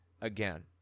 again